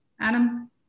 Adam